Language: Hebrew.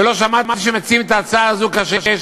ולא שמעתי שמציעים את ההצעה הזו כאשר יש